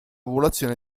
popolazione